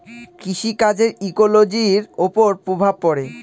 কৃষি কাজের ইকোলোজির ওপর প্রভাব পড়ে